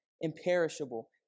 imperishable